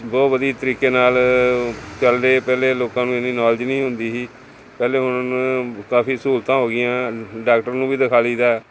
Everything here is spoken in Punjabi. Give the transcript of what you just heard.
ਬਹੁਤ ਵਧੀਆ ਤਰੀਕੇ ਨਾਲ ਚਲਦੇ ਪਹਿਲੇ ਲੋਕਾਂ ਨੂੰ ਇੰਨੀ ਨੌਲੇਜ ਨਹੀਂ ਹੁੰਦੀ ਸੀ ਪਹਿਲੇ ਹੁਣ ਕਾਫੀ ਸਹੂਲਤਾਂ ਹੋ ਗਈਆਂ ਡਾਕਟਰ ਨੂੰ ਵੀ ਦਿਖਾ ਲਈ ਦਾ